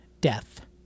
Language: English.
Death